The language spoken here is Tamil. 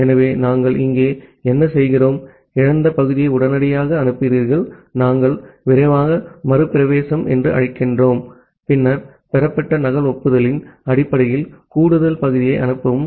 ஆகவே நாங்கள் இங்கே என்ன செய்கிறோம் இழந்த பகுதியை உடனடியாக அனுப்புகிறீர்கள் நாங்கள் விரைவான மறுபிரவேசம் என்று அழைக்கிறோம் பின்னர் பெறப்பட்ட நகல் ஒப்புதலின் அடிப்படையில் கூடுதல் பகுதியை அனுப்பவும்